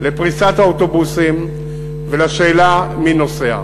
לפריסת האוטובוסים ולשאלה מי נוסע.